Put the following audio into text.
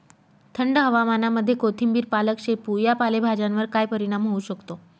थंड हवामानामध्ये कोथिंबिर, पालक, शेपू या पालेभाज्यांवर काय परिणाम होऊ शकतो?